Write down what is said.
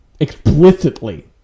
explicitly